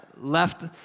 left